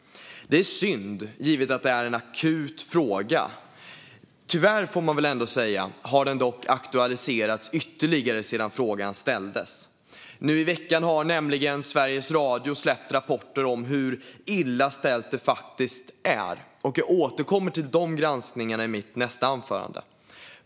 Det är synd, givet att detta är en akut fråga. Tyvärr, får man väl ändå säga, har den aktualiserats ytterligare sedan interpellationen ställdes. Nu i veckan har nämligen Sveriges Radio släppt rapporter om hur illa ställt det faktiskt är. Jag återkommer till dessa granskningar i mitt nästa anförande.